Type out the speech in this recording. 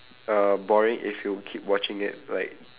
uh boring if you keep watching it like